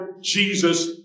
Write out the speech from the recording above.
Jesus